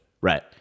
Right